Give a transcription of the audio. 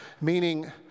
Meaning